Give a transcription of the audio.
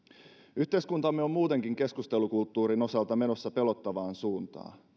yhteiskuntamme on muutenkin keskustelukulttuurin osalta menossa pelottavaan suuntaan